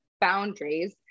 boundaries